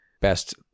best